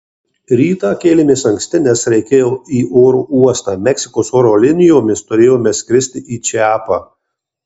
rytą kėlėmės anksti nes reikėjo į oro uostą meksikos oro linijomis turėjome skristi į čiapą